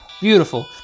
Beautiful